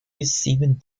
receiving